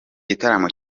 gitaramo